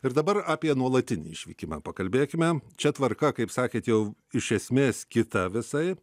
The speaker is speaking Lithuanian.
ir dabar apie nuolatinį išvykimą pakalbėkime čia tvarka kaip sakėt jau iš esmės kita visai